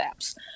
apps